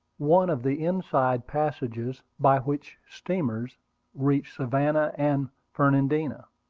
one of the inside passages by which steamers reach savannah and fernandina.